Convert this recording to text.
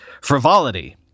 frivolity